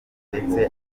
ndetse